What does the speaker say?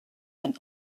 and